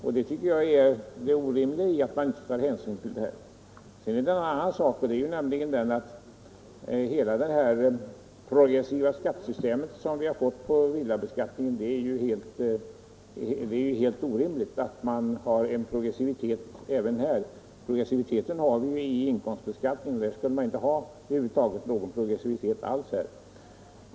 Jag tycker det är orimligt att man inte tar hänsyn till detta. En annan sak är att hela det progressiva system som vi fått för villabeskattningen är fullständigt orimligt. Progressiviteten har vi i inkomstbeskattningen, och när det gäller villabeskattningen skulle vi inte ha någon progressivitet alls.